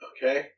Okay